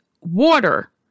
water